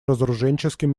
разоруженческим